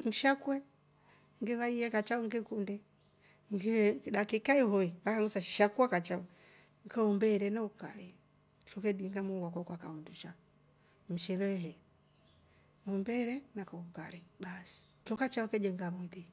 Ngishakue? Ngivaiye kachao ngikundi nfii dakika hihoi ngasaa shakua kachao ni kaumbeere na ukari, nivo ve dunga moyo uwakwa ukaa undusha, mshele ehe umbeere na kakurari baasi ncho kachao keejenga mwili